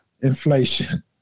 inflation